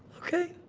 okay.